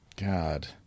God